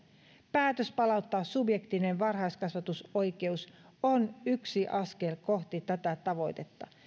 päätös palauttaa subjektinen varhaiskasvatusoikeus on yksi askel kohti tätä tavoitetta